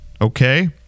Okay